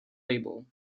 label